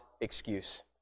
excuse